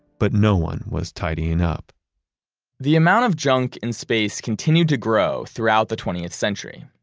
but no one was tidying up the amount of junk in space continued to grow throughout the twentieth century.